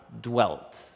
dwelt